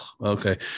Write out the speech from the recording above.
okay